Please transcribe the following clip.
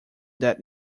that